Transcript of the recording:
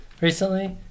recently